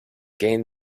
gained